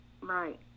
Right